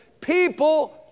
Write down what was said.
People